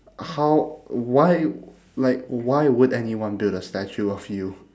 how why like why would anyone build a statue of you